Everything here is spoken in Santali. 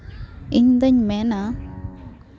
ᱤᱧ ᱫᱩᱧ ᱢᱮᱱᱟ